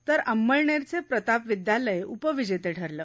तर अमळनेरचं प्रताप महाविद्यालय उपविजेते ठरले